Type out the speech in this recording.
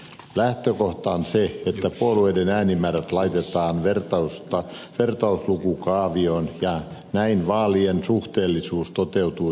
lähtökohta on se että puolueiden äänimäärät laitetaan vertauslukukaavioon ja näin vaalien suhteellisuus toteutuu täydellisesti